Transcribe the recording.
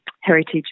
heritage